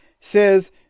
says